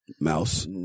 Mouse